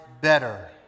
better